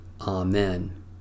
Amen